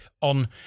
on